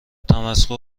تمسخر